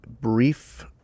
brief